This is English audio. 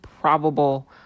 probable